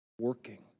working